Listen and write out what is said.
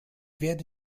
werde